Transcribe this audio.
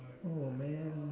man